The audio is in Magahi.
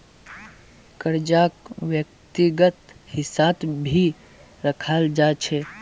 कर्जाक व्यक्तिगत हिस्सात भी रखाल जा छे